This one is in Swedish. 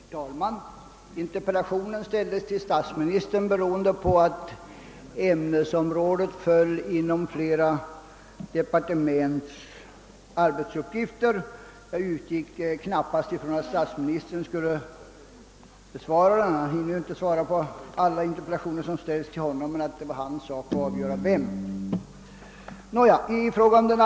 Herr talman! Interpellationen ställdes till statsministern, beroende på att dess ämnesområde faller inom flera departements arbetsuppgifter, men jag utgick knappast ifrån att statsministern skulle besvara den; han hinner inte svara på alla interpellationer som riktas till honom. Jag ansåg emellertid att det var hans sak att avgöra vem som skulle besvara den.